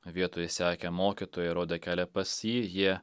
vietoj sekė mokytojai rodė kelią pas jį jie